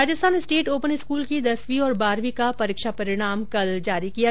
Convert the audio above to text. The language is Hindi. राजस्थान स्टेट ओपन स्कूल की दसवीं और बारहवीं का परीक्षा परिणाम कल जारी किया जाएगा